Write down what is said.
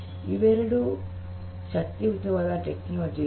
ಇವೆರಡೂ ಶಕ್ತಿಯುತವಾದ ತಂತ್ರಜ್ಞಾನಗಳು